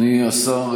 אדוני השר,